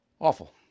awful